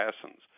assassins